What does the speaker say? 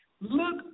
Look